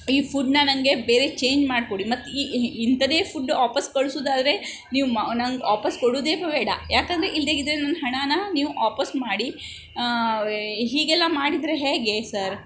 ಈ ಫುಡ್ಡನ್ನ ನನಗೆ ಬೇರೆ ಚೇಂಜ್ ಮಾಡಿಕೊಡಿ ಮತ್ತೆ ಇಂಥದ್ದೆ ಫುಡ್ ವಾಪಸ್ಸು ಕಳ್ಸೋದಾದ್ರೆ ನೀವು ಮ ನಂಗೆ ವಾಪಸ್ಸು ಕೊಡೋದೇ ಬೇಡ ಯಾಕೆಂದ್ರೆ ಇಲ್ದೆಯಿದ್ರೆ ನನ್ನ ಹಣನ ನೀವು ವಾಪಸ್ಸು ಮಾಡಿ ಹೀಗೆಲ್ಲ ಮಾಡಿದರೆ ಹೇಗೆ ಸರ್